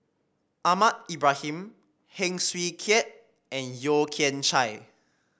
Ahmad Ibrahim Heng Swee Keat and Yeo Kian Chai